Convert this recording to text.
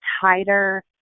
tighter